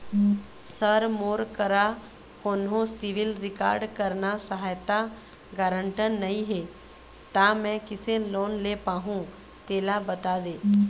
sir मोर करा कोन्हो सिविल रिकॉर्ड करना सहायता गारंटर नई हे ता मे किसे लोन ले पाहुं तेला बता दे